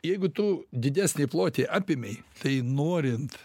jeigu tu didesnį plotį apėmei tai norint